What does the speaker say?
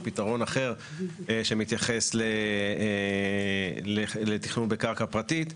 פתרון אחר שמתייחס לתכנון בקרקע פרטית.